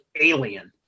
alien